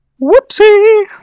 Whoopsie